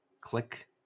click